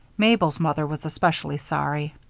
mabel's mother was especially sorry.